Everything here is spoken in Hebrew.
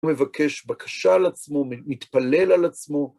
הוא מבקש בקשה על עצמו, מתפלל על עצמו.